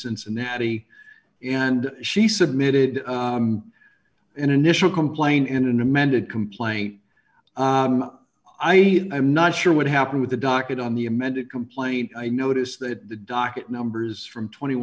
cincinnati and she submitted an initial complaint in an amended complaint i have i'm not sure what happened with the docket on the amended complaint i notice that the docket numbers from twenty